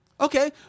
Okay